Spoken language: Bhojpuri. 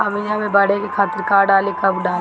आमिया मैं बढ़े के खातिर का डाली कब कब डाली?